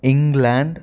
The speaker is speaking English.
England